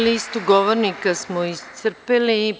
Listu govornika smo iscrpeli.